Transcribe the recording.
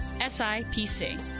SIPC